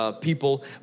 people